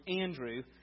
Andrew